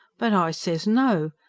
but i says no.